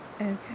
Okay